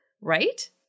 Right